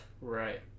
Right